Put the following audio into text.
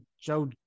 Joe